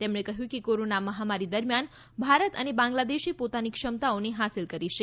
તેમણે કહ્યું કે કોરોના મહામારી દરમિયાન ભારત અને બાંગ્લાદેશે પોતાની ક્ષમતાઓ સિદ્ધ કરી છે